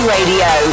Radio